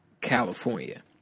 California